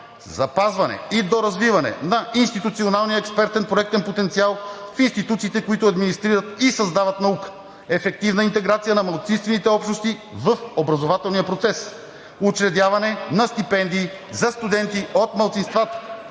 запазване и доразвиване на институционалния експертен проектен потенциал в институциите, които администрират и създават наука; ефективна интеграция на малцинствените общности в образователния процес; учредяване на стипендии за студенти от малцинствата;